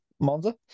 Monza